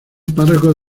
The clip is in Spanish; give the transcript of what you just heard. párroco